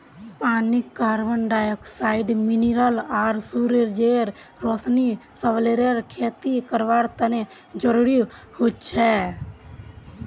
पानी carbon dioxide mineral आर सूरजेर रोशनी शैवालेर खेती करवार तने जरुरी हछेक